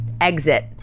exit